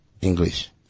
English